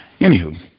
Anywho